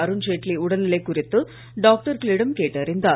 அருண்ஜெய்ட்லி உடல்நிலை குறித்து டாக்டர்களிடம் கேட்டறிந்தார்